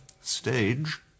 stage